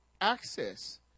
access